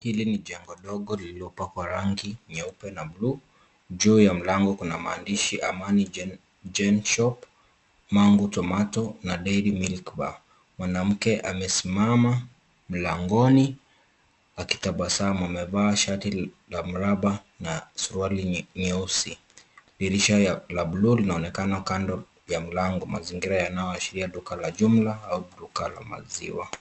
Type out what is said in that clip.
Hili ni jengo ndogo lililopakwa rangi nyeupe na buluu. Juu ya mlango kuna maandishi Amani gen shop mangu tomato dairy milk bar . Mwanamke amesimama mlangoni akitabasamu. Amevaa shati la miraba na suruali nyeusi. Dirisha la bulu linaoneakana kando ya mlango, mazingira yanayoashiria duka la jumla au duka la maziwa.